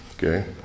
Okay